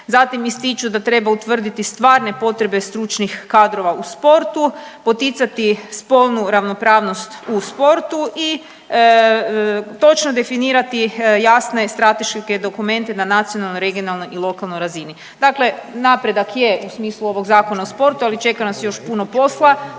Zatim ističu da treba utvrditi stvarne potrebe stručnih kadrova u sportu, poticati spolnu ravnopravnost u sportu i točno definirati jasne strateške dokumente na nacionalnoj, regionalnoj i lokalnoj razini. Dakle, napredak je u smislu ovog Zakona o sportu, ali čeka nas još puno posla.